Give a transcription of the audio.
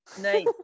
Nice